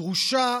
דרושה